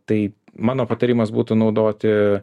tai mano patarimas būtų naudoti